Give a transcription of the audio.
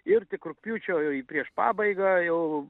ir tik rugpjūčio į prieš pabaigą jau